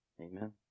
Amen